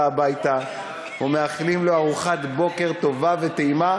הביתה ומאחלים לו ארוחת בוקר טובה וטעימה,